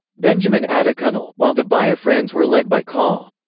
benjamin adekunle, while the biafrans were led by col.